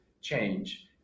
change